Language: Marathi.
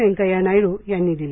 वेन्कैय्या नायडू यांनी दिली